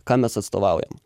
ką mes atstovaujam